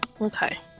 Okay